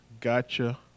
gotcha